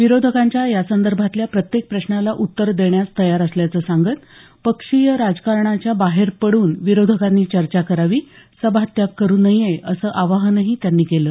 विरोधकांच्या यासंदर्भातल्या प्रत्येक प्रश्नाला उत्तर देण्यास तयार असल्याचं सांगत पक्षीय राजकारणाच्या बाहेर पड्रन विरोधकांनी चर्चा करावी सभात्याग करू नये असं आवाहनही त्यांनी केलं